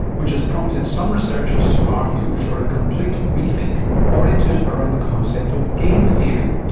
which has prompted some researchers to argue for a complete rethink oriented around the concept of game theory.